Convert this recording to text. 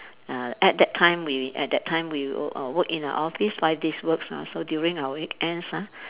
uh at that time we at that time we wo~ work in the office five days works ah so during our weekends ah